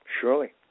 Surely